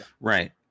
Right